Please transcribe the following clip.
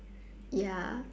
ya